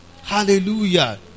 Hallelujah